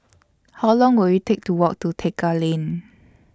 How Long Will IT Take to Walk to Tekka Lane